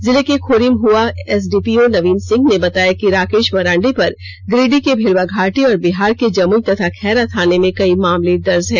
जिले के खोरीमहुआ एसडीपीओ नवीन सिंह ने बताया कि राकेश मरांडी पर गिरिंडीह के भेलवाघाटी और बिहार के जमुई तथा खैरा थाने में कई मामले दर्ज हैं